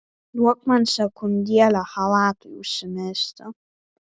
duok man sekundėlę chalatui užsimesti